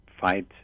fight